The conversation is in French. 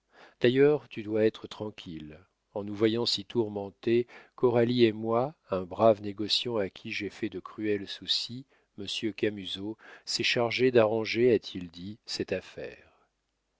d'ailleurs tu dois être tranquille en nous voyant si tourmentés coralie et moi un brave négociant à qui j'ai fait de cruels soucis monsieur camusot s'est chargé d'arranger a-t-il dit cette affaire